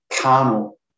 carnal